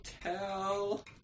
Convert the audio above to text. tell